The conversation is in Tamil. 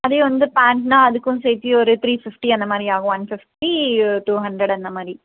அதே வந்து பேண்ட்ன்னா அதுக்கும் சேர்த்தி ஒரு த்ரீ ஃபிஃப்டி அந்த மாதிரி ஆகும் ஒன் ஃபிஃப்டி டூ ஹண்ரட் அந்த மாதிரி